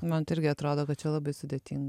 man tai irgi atrodo kad čia labai sudėtinga